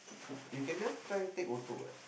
you can just try take photo what